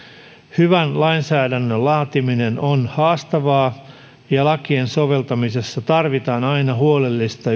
hyvän lainsäädännön laatiminen on haastavaa ja lakien soveltamisessa tarvitaan aina huolellista